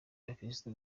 abakristo